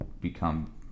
become